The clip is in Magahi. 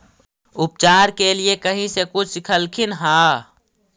उपचार के लीये कहीं से कुछ सिखलखिन हा?